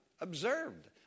observed